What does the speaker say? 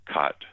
cut